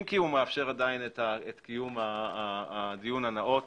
אם כי הוא עדיין מאפשר את קיום הדיון הנאות